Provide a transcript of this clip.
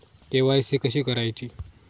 KYC कशी करायची?